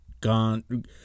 gone